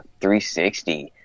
360